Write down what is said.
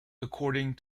according